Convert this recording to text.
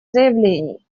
заявлений